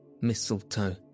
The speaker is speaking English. mistletoe